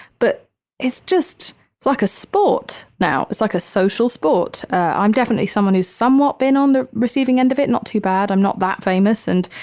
but it's just like a sport now. it's like a social sport. i'm definitely someone who's somewhat been on the receiving end of it. not too bad. i'm not that famous. and,